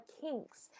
kinks